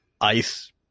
ice